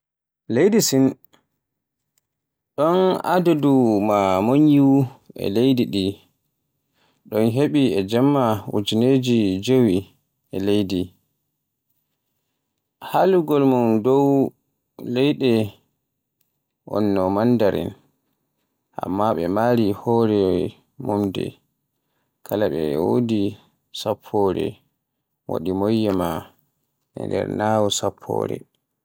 Leydi Ciin ɗonɗon adadu maa moƴƴi e leydi ɗi, ɗon heɓi e jamma ujinere jewi dow kala. Haalugol mum dow leydi on no Mandarin, ammaa ɓe mari hoore mumɗe kala. ɓe waɗi sappoore waɗi moƴƴi maa, e nder Ñaawo Sappoore.